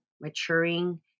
maturing